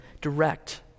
direct